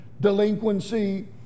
delinquency